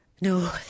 no